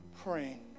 praying